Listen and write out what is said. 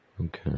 Okay